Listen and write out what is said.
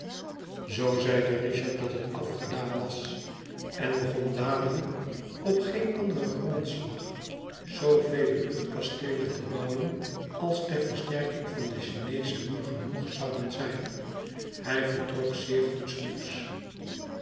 zoo zeide richard dat het afgedaan was en begon dadelijk op geen anderen grondslag zoovele luchtkasteelen te bouwen als ter versterking van den chineeschen muur genoeg zouden zijn hij vertrok zeer goedsmoeds